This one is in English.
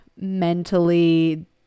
mentally